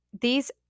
These